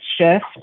shift